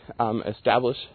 establish